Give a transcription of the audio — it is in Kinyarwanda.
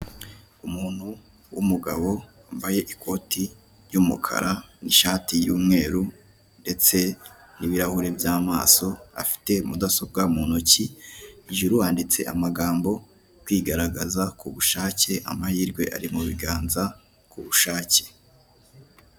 Umuntu w'umugabo wambaye ikoti y'umukara n'ishati y'umweru ndetse n'ibirahure by'amaso, afite mudasobwa mu ntoki hejuru handitse amagambo, kwigaragaza ku bushake amahirwe ari mu biganza ku bushake.